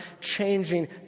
changing